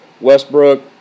Westbrook